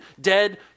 dead